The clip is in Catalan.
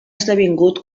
esdevingut